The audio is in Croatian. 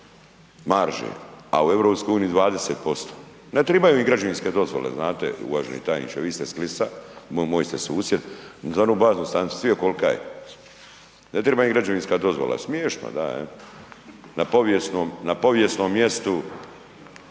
marže, a u RU 20%, ne tribaju im građevinske dozvole znate, vi ste s Klisa, moj ste susjed, za onu baznu stanicu, jes vidio kolka je, ne triba im građevinska dozvola, smiješno da je, na povijesnom mjestu